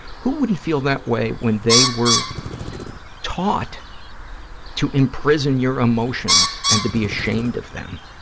who wouldn't feel that way when they were taught to imprison your emotions and to be ashamed of them,